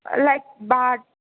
like bat